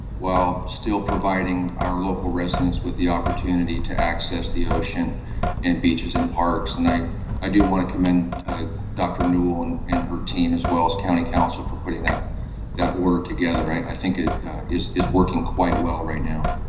while still providing our local residents with the opportunity to access the ocean and beaches and parks, and i i do wanna commend dr. newell and and her team as well as county council for putting that that order together. i think it is is working quite well right now.